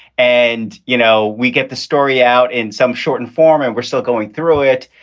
and, you know, we get the story out in some shortened form and we're still going through it.